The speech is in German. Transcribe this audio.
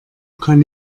kann